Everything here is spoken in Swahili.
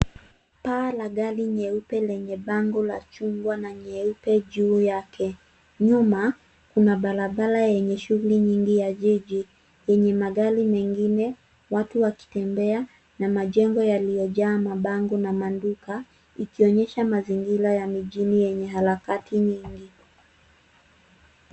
Paa la gari nyeupe, lenye bango la chungwa, na nyeupe juu yake. Nyuma, kuna barabara yenye shughuli nyingi ya jiji yenye magari mengine, watu wakitembea, na majengo yaliyojaa mabango na maduka, ikionyesha mazingira ya mijini yenye harakati nyingi.